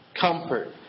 comfort